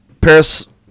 Paris